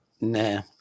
Nah